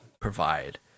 provide